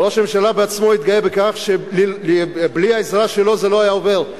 ראש הממשלה עצמו התגאה בכך שבלי העזרה שלו זה לא היה עובר.